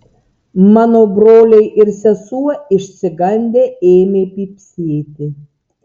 mano broliai ir sesuo išsigandę ėmė pypsėti